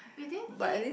we didn't eat